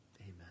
Amen